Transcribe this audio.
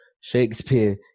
Shakespeare